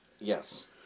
Yes